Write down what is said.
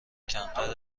کمتر